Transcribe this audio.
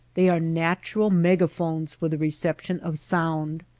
they are natural megaphones for the reception of sound.